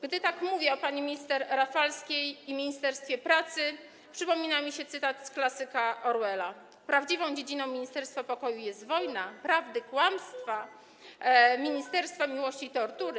Gdy tak mówię o pani minister Rafalskiej i ministerstwie pracy, przypomina mi się cytat z klasyka Orwella: Prawdziwą dziedziną ministerstwa pokoju jest wojna, ministerstwa prawdy - kłamstwa, ministerstwa miłości - tortury.